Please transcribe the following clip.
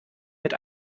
mit